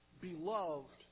beloved